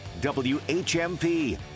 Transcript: whmp